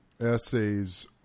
essays